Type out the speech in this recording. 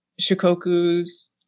Shikoku's